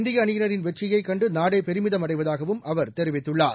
இந்திய அணியினரின் வெற்றியை கண்டு நாடே பெருமிதம் அடைவதாகவும் அவர் தெரிவித்துள்ளார்